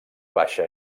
baixa